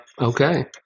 Okay